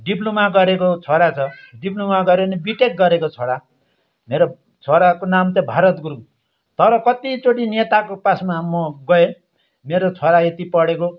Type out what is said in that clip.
diploma गरेको छोरा छ डिप्लोमा गरेर नि बिटेक गरेको छोरा मेरो छोराको नाम त भारत गुरुङ तर कति चोटि नेताको पासमा म गएँ मेरो छोरा यति पढेको